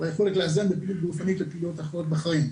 היכולת לאזן בין פעילות גופנית לפעילויות אחרות בחיים.